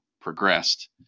progressed